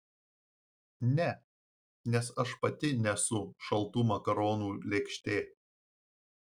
ne nes aš pati nesu šaltų makaronų lėkštė